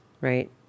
right